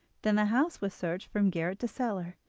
then the house was searched from garret to cellar,